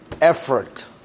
effort